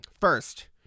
First